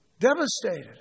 devastated